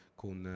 con